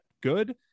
good